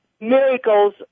miracles